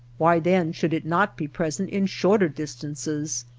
why then should it not be present in shorter distances,